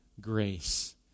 grace